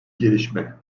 gelişme